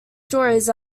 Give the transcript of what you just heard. stories